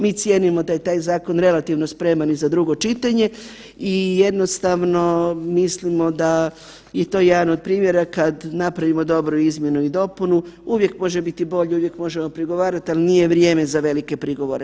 Mi cijenimo da je taj zakon relativno spreman i za drugo čitanje i jednostavno mislimo da i to je jedan o primjera kad napravimo dobru izmjenu i dopunu uvijek može biti bolje, uvijek možemo prigovarati, ali nije vrijeme za velike prigovore.